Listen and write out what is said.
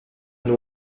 nom